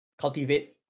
Cultivate